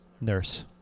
Nurse